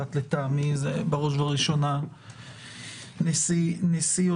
לראות שהמונח זה לא השעיה מפעילות --- אנחנו נסכם את